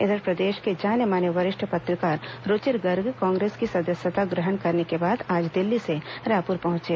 इधर प्रदेश के जाने माने वरिष्ठ पत्रकार रूचिर गर्ग कांग्रेस की सदस्यता ग्रहण करने के बाद आज दिल्ली से रायपुर पहुंचे